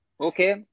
Okay